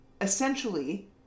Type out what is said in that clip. essentially